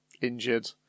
injured